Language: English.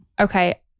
Okay